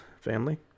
family